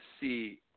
see